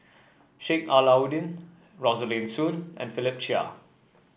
Sheik Alau'ddin Rosaline Soon and Philip Chia